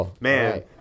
Man